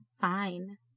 fine